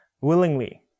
willingly